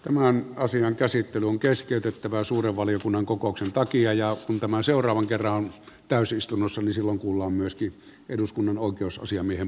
tämän asian käsittely on keskeytettävä suuren valiokunnan kokouksen takia ja kun tämä seuraavan kerran on täysistunnossa silloin kuullaan myöskin eduskunnan oikeusasiamiehen puheenvuoro